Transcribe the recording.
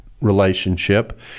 relationship